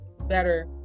better